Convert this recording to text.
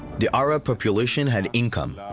the arab population had income.